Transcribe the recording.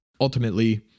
ultimately